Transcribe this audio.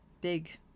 big